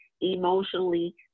emotionally